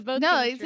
No